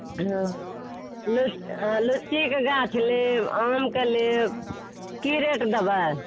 हँ लीचीके गाछ लेब आमके लेब की रेट देबै